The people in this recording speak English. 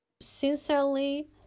Sincerely